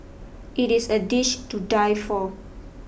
it is a dish to die for